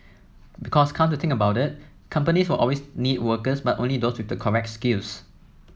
because come to think about it companies will always need workers but only those with the correct skills